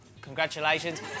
congratulations